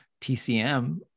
tcm